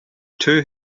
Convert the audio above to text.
two